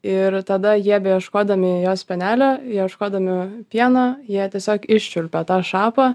ir tada jie beieškodami jos spenelio ieškodami pieno jie tiesiog iščiulpia tą šapą